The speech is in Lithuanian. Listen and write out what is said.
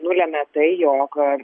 nulemia tai jog